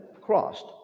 crossed